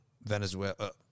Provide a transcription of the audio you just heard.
Venezuela